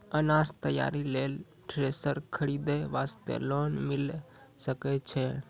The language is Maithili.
अनाज तैयारी लेल थ्रेसर खरीदे वास्ते लोन मिले सकय छै?